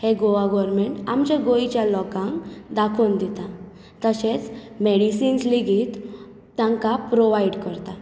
हें गोवा गोरमॅण्ट आमच्या गोंयच्या लोकांक दाखोवन दिता तशेंच मॅडिसिन्स लेगीत तांकां प्रोवायड करता